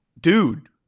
dude